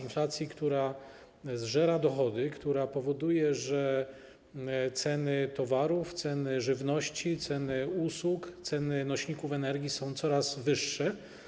Inflacji, która zżera dochody, która powoduje, że ceny towarów, żywności, usług, nośników energii są coraz wyższe.